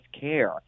care